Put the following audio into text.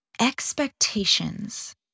expectations